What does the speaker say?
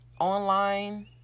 online